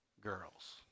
girls